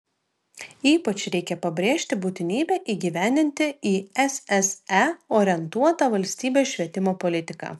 ypač reikia pabrėžti būtinybę įgyvendinti į sse orientuotą valstybės švietimo politiką